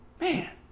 Man